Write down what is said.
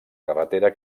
carretera